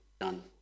done